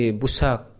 busak